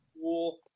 Cool